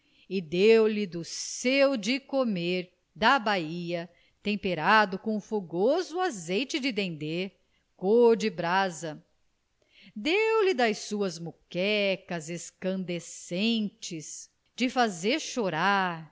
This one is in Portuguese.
e deu-lhe do seu comer da bahia temperado com fogoso azeite de dendê cor de brasa deu-lhe das suas muquecas escandescentes de fazer chorar